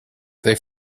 they